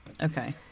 Okay